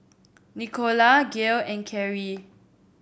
Nicola Gale and Carrie